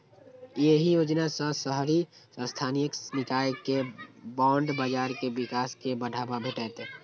एहि योजना सं शहरी स्थानीय निकाय के बांड बाजार के विकास कें बढ़ावा भेटतै